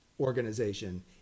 organization